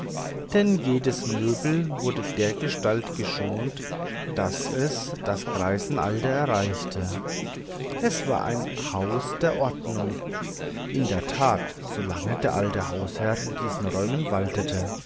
denn jedes möbel wurde dergestalt geschont daß es das greisenalter erreichte es war ein haus der ordnung in der tat so lange der alte hausherr in diesen räumen waltete